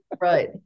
Right